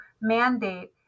mandate